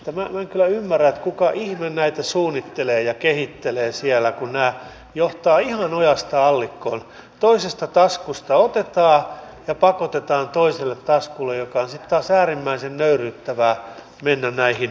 minä en kyllä ymmärrä kuka ihme näitä suunnittelee ja kehittelee siellä kun nämä johtavat ihan ojasta allikkoon toisesta taskusta otetaan ja pakotetaan toiselle taskulle mikä on sitten taas äärimmäisen nöyryyttävää mennä näihin erilaisiin toimistoihin hakemaan näitä tukia